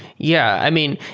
yeah. i mean,